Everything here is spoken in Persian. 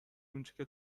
اونچه